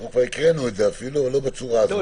קראנו את זה אפילו, אבל לא בצורה הזאת.